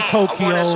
Tokyo